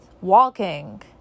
Walking